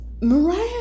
Mariah